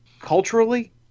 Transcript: culturally –